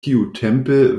tiutempe